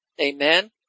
Amen